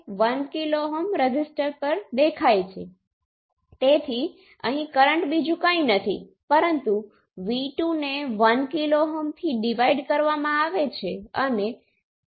તેથી મેં પેરામિટર 1 1 1 2 2 1 અને 2 2 લિસ્ટ કર્યા છે અને મેં મારા પ્રાઈમરી પ્રતિનિધિત્વ સાધન તરીકે z પેરામિટર લીધા છે અને z પેરામિટર ની દ્રષ્ટિએ મેં અન્ય તમામ બે પોર્ટ પેરામિટર ને રજૂ કર્યા છે